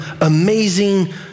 amazing